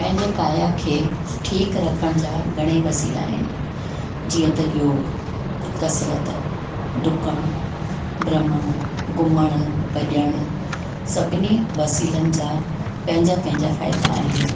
पंहिंजे काया खे ठीकु रखण जा घणेई वसीला आहिनि जीअं त योग कसरत ॾुकणु भ्रमणु घुमणु भॼणु सभिनी वसीलनि जा पंहिंजा पैंजापंहिंजाफ़ाइदा आहिनि